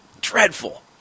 Dreadful